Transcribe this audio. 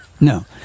No